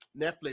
Netflix